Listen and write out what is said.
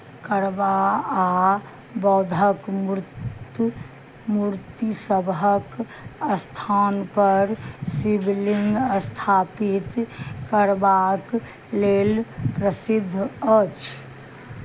करबा आ बौद्धक मूर्ति मूर्तिसभक स्थानपर शिवलिंग स्थापित करबाक लेल प्रसिद्ध अछि